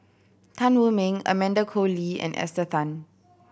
Tan Wu Meng Amanda Koe Lee and Esther Tan